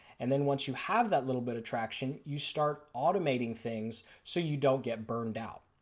and then once you have that little but traction you start automating things so you don't get burned out.